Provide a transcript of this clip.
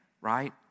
right